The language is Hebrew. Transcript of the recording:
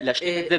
להשלים את זה.